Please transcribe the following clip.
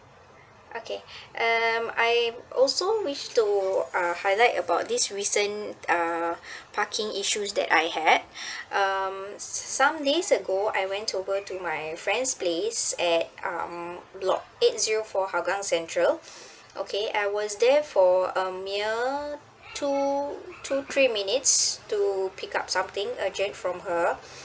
okay um I also wish to uh highlight about this recent uh parking issues that I had um some days ago I went over to my friend's place at um block eight zero four hougang central okay I was there for um mere two two three minutes to pick up something urgent from her